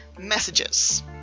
Messages